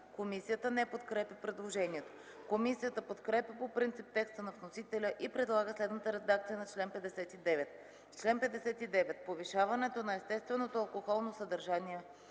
Комисията не подкрепя предложението. Комисията подкрепя по принцип текста на вносителя и предлага следната редакция на чл. 59: „Чл. 59. Повишаването на естественото алкохолно съдържание